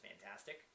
fantastic